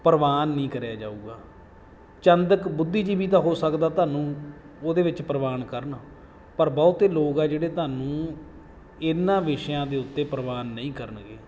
ਪ੍ਰਵਾਨ ਨਹੀਂ ਕਰਿਆ ਜਾਊਗਾ ਚੰਦ ਇੱਕ ਬੁੱਧੀਜੀਵੀ ਤਾਂ ਹੋ ਸਕਦਾ ਤੁਹਾਨੂੰ ਉਹਦੇ ਵਿੱਚ ਪ੍ਰਵਾਨ ਕਰਨ ਪਰ ਬਹੁਤ ਲੋਕ ਆ ਜਿਹੜੇ ਤੁਹਾਨੂੰ ਇਹਨਾਂ ਵਿਸ਼ਿਆਂ ਦੇ ਉੱਤੇ ਪ੍ਰਵਾਨ ਨਹੀਂ ਕਰਨਗੇ